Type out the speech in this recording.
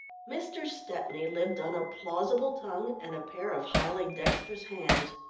mr. stepney lived on a plausible tongue and a pair of highly dexterous hands.